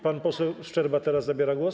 Pan poseł Szczerba teraz zabiera głos?